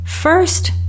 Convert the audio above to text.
first